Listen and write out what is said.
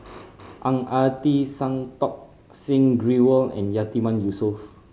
Ang Ah Tee Santokh Singh Grewal and Yatiman Yusof